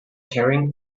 carrying